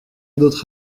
d’autre